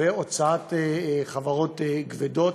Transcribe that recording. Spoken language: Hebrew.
והוצאת חברות כבדות.